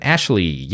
Ashley